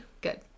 good